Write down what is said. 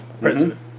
president